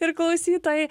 ir klausytojai